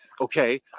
Okay